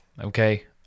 Okay